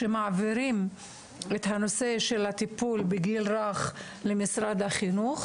שמעבירים את הנושא של הטיפול בגיל הרך למשרד החינוך,